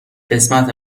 قسمت